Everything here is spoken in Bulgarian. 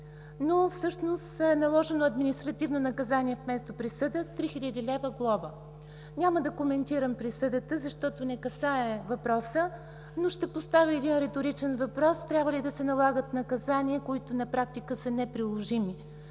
но всъщност е наложено административно наказание вместо присъда – 3 хил. лв. глоба. Няма да коментирам присъдата, защото не касае въпроса, но ще поставя един реторичен въпрос – трябва ли да се налагат наказания, които на практика са неприложими.